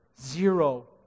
zero